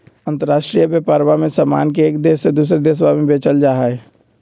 अंतराष्ट्रीय व्यापरवा में समान एक देश से दूसरा देशवा में बेचल जाहई